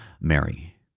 Mary